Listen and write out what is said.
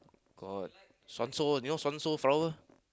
got Suanso you know Suanso flower